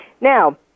Now